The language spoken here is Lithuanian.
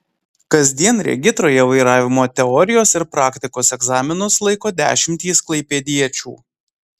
kasdien regitroje vairavimo teorijos ir praktikos egzaminus laiko dešimtys klaipėdiečių